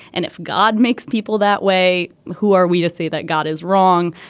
and if god makes people that way who are we to say that god is wrong.